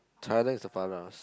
Thailand is the farthest